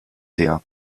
her